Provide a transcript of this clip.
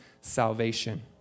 salvation